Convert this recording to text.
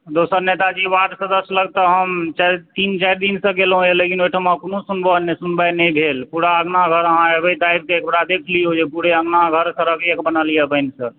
दोसर नेताजी वार्ड सदस्य लग तऽ हम तीन चारि दिनसँ गेलहुँ यऽ लेकिन ओहिठाम कोनो सुनवाइ नहि भेल पूरा अङ्गना घर अहाँ एबै तऽ आबिकऽ एकबेर देखि लियौ जे पुरे अङ्गना घर सड़क एक बनल यऽ पानिसँ